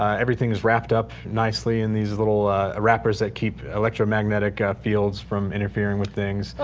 everything is wrapped up nicely in these little ah wrappers that keep electro magnetic fields from interfering with things.